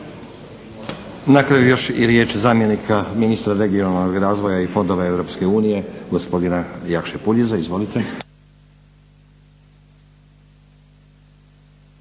Na kraju još i riječ zamjenika ministra regionalnog razvoja i fondova EU gospodina Jakše Puljiza. Izvolite.